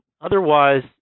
Otherwise